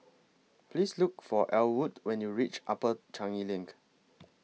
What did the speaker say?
Please Look For Ellwood when YOU REACH Upper Changi LINK